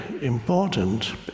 important